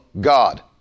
God